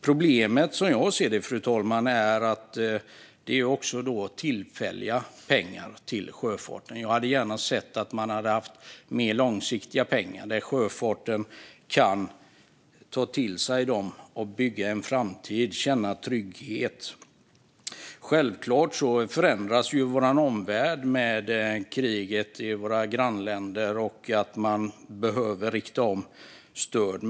Problemet som jag ser det, fru talman, är att även detta är tillfälliga pengar till sjöfarten. Jag hade gärna sett mer långsiktiga pengar som sjöfarten kan ta till sig för att bygga en framtid och känna trygghet. Självklart förändras vår omvärld. Kriget i våra grannländer innebär att man behöver rikta om stöd.